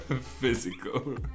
Physical